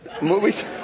Movies